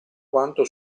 quanto